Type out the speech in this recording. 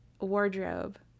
wardrobe